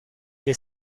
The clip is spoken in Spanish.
que